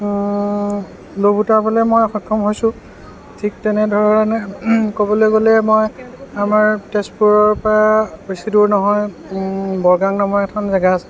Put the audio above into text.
লোভ উঠাবলৈ মই সক্ষম হৈছোঁ ঠিক তেনেধৰণে ক'বলৈ গ'লে মই আমাৰ তেজপুৰৰ পৰা বেছি দূৰ নহয় বৰগাং নামেৰ এখন জেগা আছে